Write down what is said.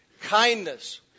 Kindness